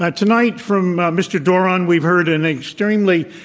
ah tonight from mr. doran we've heard an extremely